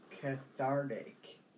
cathartic